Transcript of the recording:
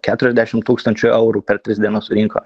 keturiasdešim tūkstančių eurų per tris dienas rinko